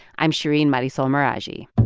i'm shereen marisol meraji